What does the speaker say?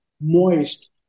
moist